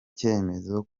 cyemezo